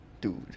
Dude